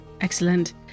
excellent